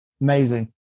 amazing